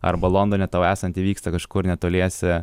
arba londone tau esant įvyksta kažkur netoliese